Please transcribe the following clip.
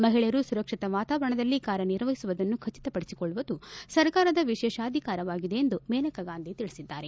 ಮಹಿಳೆಯರು ಸುರಕ್ಷಿತ ವಾತಾವರಣದಲ್ಲಿ ಕಾರ್ಯನಿರ್ವಹಿಸುವುದನ್ನು ಖಚಿತಪಡಿಸಿಕೊಳ್ಳುವುದು ಸರ್ಕಾರದ ವಿಶೇಷಾಧಿಕಾರವಾಗಿದೆ ಎಂದು ಮೇನಕಾ ಗಾಂಧಿ ತಿಳಿಸಿದ್ದಾರೆ